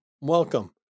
welcome